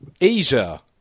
Asia